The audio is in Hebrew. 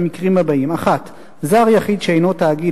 במקרים הבאים: 1. זר יחיד שאינו תאגיד,